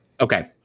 Okay